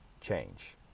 change